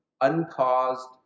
uncaused